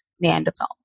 Neanderthal